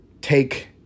take